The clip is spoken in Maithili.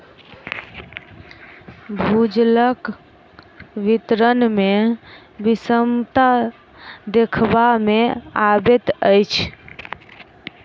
भूजलक वितरण मे विषमता देखबा मे अबैत अछि